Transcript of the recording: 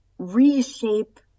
reshape